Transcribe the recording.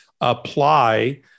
apply